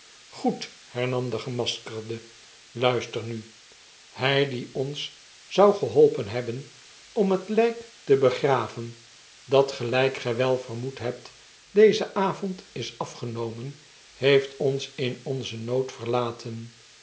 goed hernam de gemaskerde luister nul eij die ons zou geholpen hebben om het lijk te begraven dat geljjk gy wel vermoed hebt dezen avond is afgenomen heeft ons in onzen nood verlaten